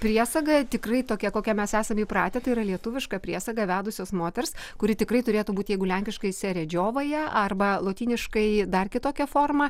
priesaga tikrai tokia kokia mes esam įpratę tai yra lietuviška priesaga vedusios moters kuri tikrai turėtų būti jeigu lenkiškai seredžiovaja arba lotyniškai dar kitokia forma